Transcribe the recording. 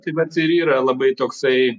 tai vat ir yra labai toksai